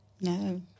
No